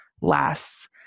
lasts